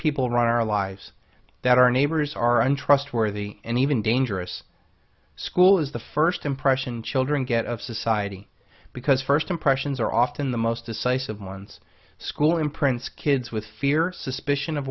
people run our lives that our neighbors are untrustworthy and even dangerous school is the first impression children get of society because first impressions are often the most decisive ones school imprints kids with fear suspicion of